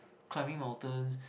climbing mountains